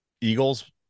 Eagles